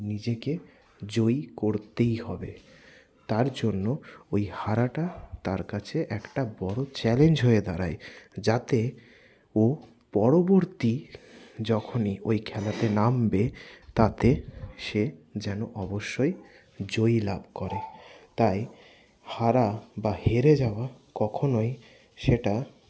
নিজেকে জয়ী করতেই হবে তারজন্য ওই হারাটা তার কাছে একটা বড়ো চ্যালেঞ্জ হয়ে দাঁড়ায় যাতে ও পরবর্তী যখনই ওই খেলাতে নামবে তাতে সে যেন অবশ্যই জয়ী লাভ করে তাই হারা বা হেরে যাওয়া কখনোই সেটা